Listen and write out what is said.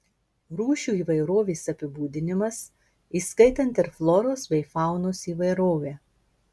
rūšių įvairovės apibūdinimas įskaitant ir floros bei faunos įvairovę